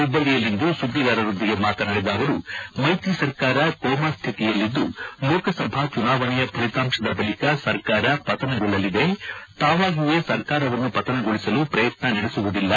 ಹುಬ್ಬಳಿಯಲ್ಲಿಂದು ಸುದ್ದಿಗಾರರೊಂದಿಗೆ ಮಾತನಾಡಿದ ಅವರು ಮೈತ್ರಿ ಸರ್ಕಾರ ಕೋಮಾ ಸ್ಥಿತಿಯಲ್ಲಿದ್ದು ಲೋಕಸಭಾ ಚುನಾವಣೆಯ ಫಲಿತಾಂತದ ಬಳಕ ಸರ್ಕಾರ ಪತನಗೊಳ್ಳಲಿದೆ ತಾವಾಗಿಯೇ ಸರ್ಕಾರವನ್ನು ಪತನಗೊಳಿಸಲು ಪ್ರಯತ್ನ ನಡೆಸುವುದಿಲ್ಲ